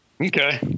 Okay